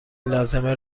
لازمه